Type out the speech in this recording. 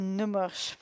nummers